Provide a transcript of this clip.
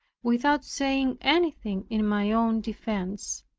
without saying anything in my own defence.